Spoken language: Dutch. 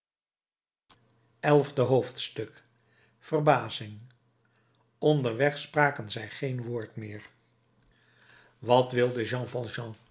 elfde hoofdstuk verbazing onderweg spraken zij geen woord meer wat wilde jean